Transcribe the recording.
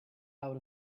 out